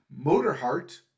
Motorheart